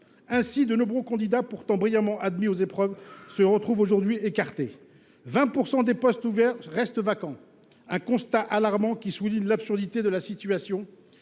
Ainsi, de nombreux candidats pourtant brillamment admis aux épreuves se retrouvent aujourd'hui écartés. 20% des postes ouverts restent vacants. Un constat alarmant qui souligne l'absurdité de la situation.